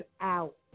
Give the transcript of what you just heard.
out